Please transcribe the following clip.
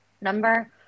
number